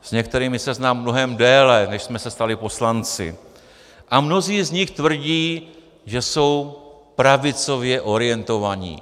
S některými se znám mnohem déle, než jsme se stali poslanci, a mnozí z nich tvrdí, že jsou pravicově orientovaní.